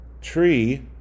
tree